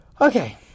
Okay